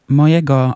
mojego